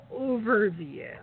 overview